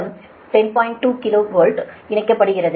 2 kilo volt இணைக்கப்படுகிறது